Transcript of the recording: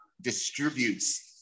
distributes